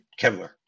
Kevlar